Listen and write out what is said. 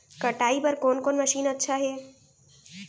कटाई बर कोन कोन मशीन अच्छा हे?